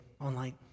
online